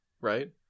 right